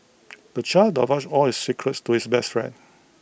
the child divulged all his secrets to his best friend